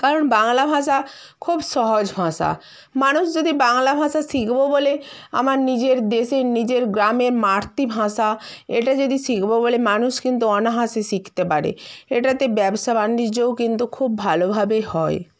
কারণ বাংলা ভাষা খুব সহজ ভাষা মানুষ যদি বাংলা ভাষা শিখবো বলে আমার নিজের দেশের নিজের গ্রামে মার্তি ভাষা এটা যদি শিখবো বলে মানুষ কিন্তু অনাহাসে শিখতে পারে এটাতে ব্যবসা বাণিজ্যও কিন্তু খুব ভালোভাবে হয়